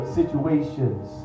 situations